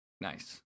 Nice